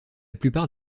plupart